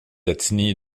ethnies